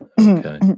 Okay